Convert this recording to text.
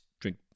Drink